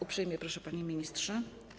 Uprzejmie proszę, panie ministrze.